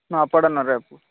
Nuapada Nagar